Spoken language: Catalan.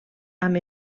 amb